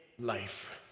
life